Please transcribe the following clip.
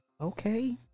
okay